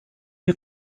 you